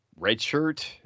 Redshirt